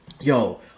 Yo